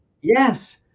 Yes